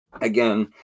again